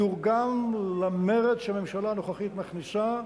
מתורגם למרץ שהממשלה הנוכחית מכניסה,